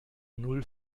null